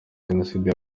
jenocide